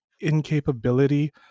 incapability